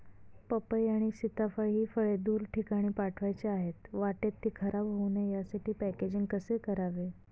पपई आणि सीताफळ हि फळे दूर ठिकाणी पाठवायची आहेत, वाटेत ति खराब होऊ नये यासाठी पॅकेजिंग कसे करावे?